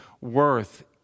worth